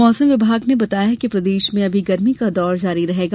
मौसम विभाग ने बताया है कि प्रदेश में अभी गर्मी का दौर जारी रहेगा